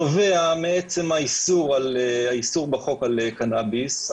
נובע מעצם האיסור בחוק על קנביס,